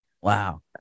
Wow